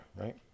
right